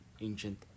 ancient